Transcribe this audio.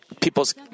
People's